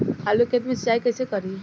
आलू के खेत मे सिचाई कइसे करीं?